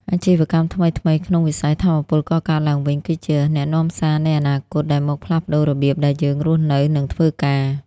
អាជីវកម្មថ្មីៗក្នុងវិស័យថាមពលកកើតឡើងវិញគឺជា "អ្នកនាំសារនៃអនាគត" ដែលមកផ្លាស់ប្តូររបៀបដែលយើងរស់នៅ និងធ្វើការ។